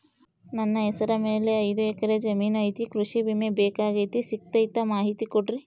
ನನ್ನ ಹೆಸರ ಮ್ಯಾಲೆ ಐದು ಎಕರೆ ಜಮೇನು ಐತಿ ಕೃಷಿ ವಿಮೆ ಬೇಕಾಗೈತಿ ಸಿಗ್ತೈತಾ ಮಾಹಿತಿ ಕೊಡ್ರಿ?